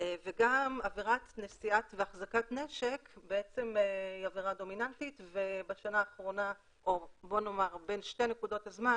וגם עבירת נשיאת ואחזקת נשק היא עבירה דומיננטית בין שתי נקודות הזמן